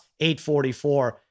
844